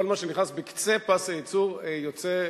כל מה שנכנס בקצה פס הייצור יוצא,